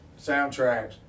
soundtracks